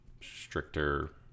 stricter